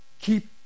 Keep